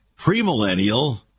Premillennial